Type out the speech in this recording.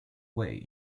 way